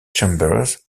chambers